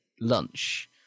lunch